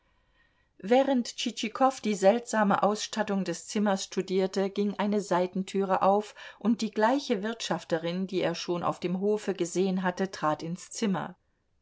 während tschitschikow die seltsame ausstattung des zimmers studierte ging eine seitentüre auf und die gleiche wirtschafterin die er schon auf dem hofe gesehen hatte trat ins zimmer